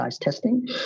testing